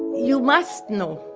you must know,